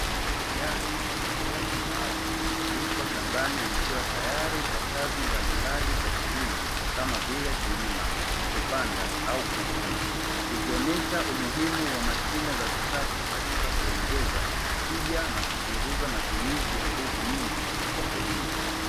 Gari lenye nguvu maalumu liko shambani likiwa tayari kwa kazi mbalimbali za kilimo, kama vile; kulima kupanda au kuvuna likionyesha umuhimu wa mashine za kisasa katika kuongeza tija, na kupunguza ya nguvu nyingi kwa kulima.